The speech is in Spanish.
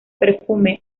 perfume